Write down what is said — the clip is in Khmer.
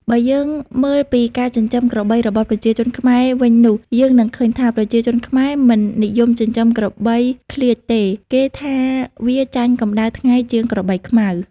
បើយើងមើលពីការចិញ្ចឹមក្របីរបស់ប្រជាជនខ្មែរវិញនោះ យើងនឹងឃើញថា ប្រជាជនខ្មែរមិននិយមចិញ្ចឹមក្របីឃ្លៀចទេ គេថាវាចាញ់កម្ដៅថ្ងៃជាងក្របីខ្មៅ។